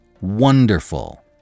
Wonderful